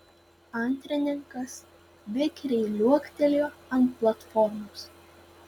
antrininkas vikriai liuoktelėjo ant platformos